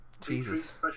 jesus